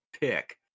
pick